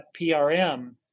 PRM